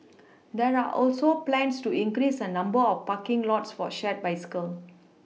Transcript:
there are also plans to increase the number of parking lots for shared bicycles